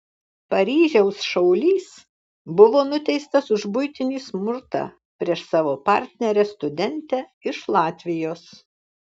paryžiaus šaulys buvo nuteistas už buitinį smurtą prieš savo partnerę studentę iš latvijos